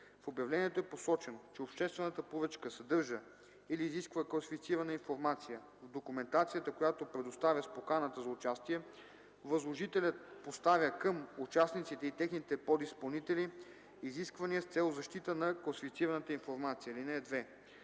в обявлението е посочено, че обществената поръчка съдържа или изисква класифицирана информация, в документацията, която предоставя с поканата за участие, възложителят поставя към участниците и техните подизпълнители изисквания с цел защита на класифицираната информация. (2)